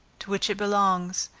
to which it belongs,